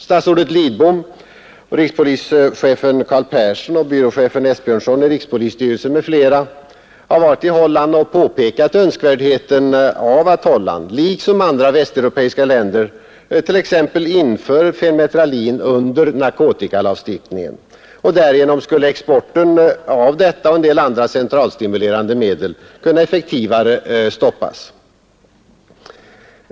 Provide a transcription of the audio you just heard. Statsrådet Lidbom, rikspolischefen Carl Persson, byråchefen Esbjörnson i rikspolisstyrelsen m.fl. har varit i Holland och påpekat önskvärdheten av att Holland, liksom andra västeuropeiska länder, t.ex. inför fenmetralin under narkotikalagstiftningen. Därigenom skulle exporten av detta och en del andra centralstimulerande medel kunna effektivare stoppas.